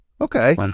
okay